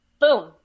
Boom